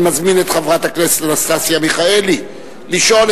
אני מזמין את חברת הכנסת אנסטסיה מיכאלי לשאול